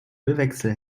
ölwechsel